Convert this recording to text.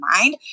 mind